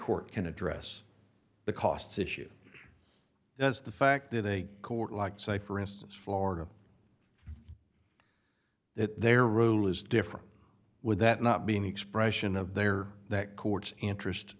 court can address the costs issue does the fact that a court like say for instance florida that their rule is different would that not being the expression of their that court's interest